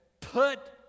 put